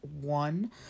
One